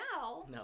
No